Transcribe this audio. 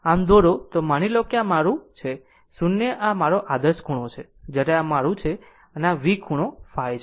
આમ જો આ દોરો તો માની લો કે આ મારું છે 0 આ મારો આદર્શ ખૂણો છે જ્યારે આ મારું છે અને આ V ખૂણો ϕ છે